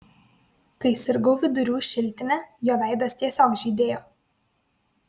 kai sirgau vidurių šiltine jo veidas tiesiog žydėjo